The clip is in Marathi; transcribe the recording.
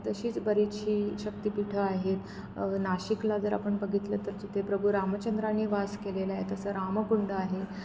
तशीच बरीचशी शक्तिपीठं आहेत नाशिकला जर आपण बघितलं तर तिथे प्रभु रामचंद्राने वास केलेला आहे तसं रामकुंड आहे